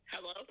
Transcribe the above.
Hello